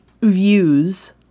views